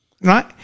Right